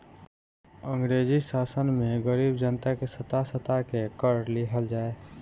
अंग्रेजी शासन में गरीब जनता के सता सता के कर लिहल जाए